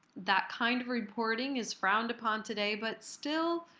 that kind of reporting is frowned upon today but still,